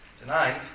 Tonight